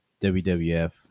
WWF